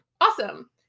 awesome